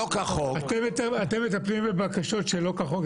אתם מטפלים באנשים ששוהים כאן שלא כחוק?